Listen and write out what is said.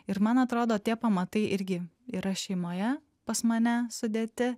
ir man atrodo tie pamatai irgi yra šeimoje pas mane sudėti